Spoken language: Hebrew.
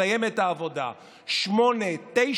מסיים את העבודה בשעה 20:00,